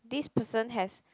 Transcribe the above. this person has